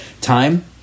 time